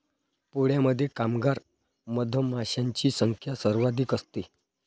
पोळ्यामध्ये कामगार मधमाशांची संख्या सर्वाधिक असते